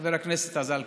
חבר הכנסת עסאקלה,